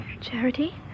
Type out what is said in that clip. Charity